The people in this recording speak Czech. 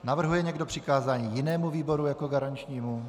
Navrhuje někdo přikázání jinému výboru jako garančnímu?